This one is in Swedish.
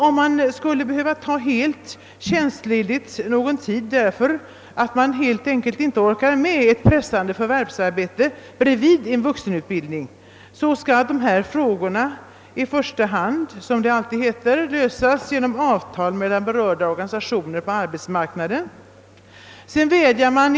Om man skulle behöva hel tjänstledighet någon tid beroende på att man inte orkar med ett pressande förvärvsarbete vid sidan av vuxenutbildning, skall dessa frågor i första hand — som det alltid heter — lösas genom avtal mellan berörda organisationer på arbetsmarknaden.